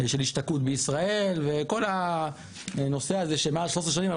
של השתקעות בישראל וכל הנושא הזה של מעל 13 שנים,